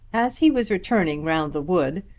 as he was returning round the wood,